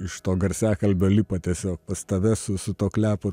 iš to garsiakalbio lipa tiesiog pas tave su su tuo klepu